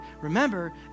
Remember